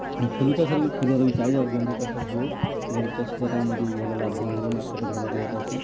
ଫୁଲ ଚାଷରେ ବି ଫୁଲର ବି ଚାହିଦା ଗେଣ୍ଡୁ ଚାଷ ହୁଏ ଗେଣ୍ଡୁ ଚାଷ ଦ୍ୱାରା ଆମର ବି ଭଲ ଲାଭବାନ ହୁଏ ମାର୍କେଟରେ ବି ଭଲ ରେଟ୍ ଅଛି